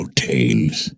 tales